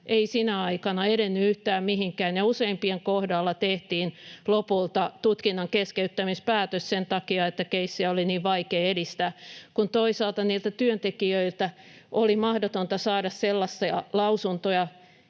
ei sinä aikana edennyt yhtään mihinkään, ja useimpien kohdalla tehtiin lopulta tutkinnan keskeyttämispäätös sen takia, että keissiä oli niin vaikea edistää, kun toisaalta niiltä työntekijöiltä oli mahdotonta saada sellaisia lausuntoja,